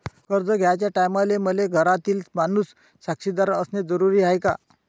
कर्ज घ्याचे टायमाले मले घरातील माणूस साक्षीदार असणे जरुरी हाय का?